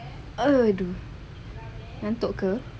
!aduh! mengantuk ke